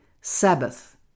Sabbath